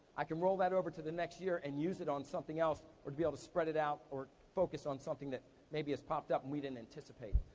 i can roll that over to the next year and use it on something else, or to be able to spread it out, or focus on something that maybe has popped up and we didn't anticipate.